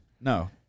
No